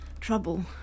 trouble